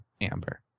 Amber